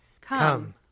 Come